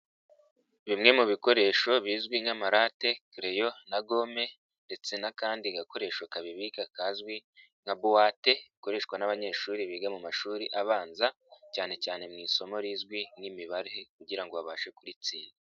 Bimwe mu bikoresho bizwi nk'amarate, kereyo na gome ndetse n'akandi gakoresho kabika kazwi nka buwate, gakoreshwa n'abanyeshuri biga mu mashuri abanza, cyane cyane mu isomo rizwi nk'Imibare kugira ngo babashe kuritsinda.